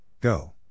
Go